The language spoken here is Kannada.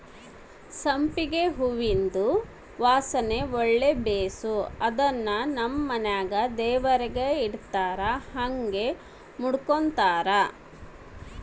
ಸಂಪಿಗೆ ಹೂವಿಂದು ವಾಸನೆ ಒಳ್ಳೆ ಬೇಸು ಅದುನ್ನು ನಮ್ ಮನೆಗ ದೇವರಿಗೆ ಇಡತ್ತಾರ ಹಂಗೆ ಮುಡುಕಂಬತಾರ